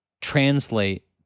translate